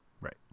Right